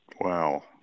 Wow